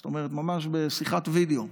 זאת אומרת ממש בשיחת וידיאו.